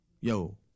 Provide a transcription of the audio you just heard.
yo